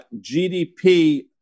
GDP